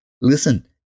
listen